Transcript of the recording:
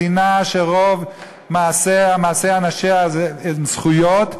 מדינה שרוב מעשי אנשיה הם זכויות,